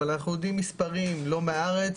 אבל אנחנו יודעים מספרים לא רק מהארץ,